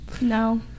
No